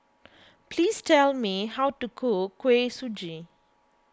please tell me how to cook Kuih Suji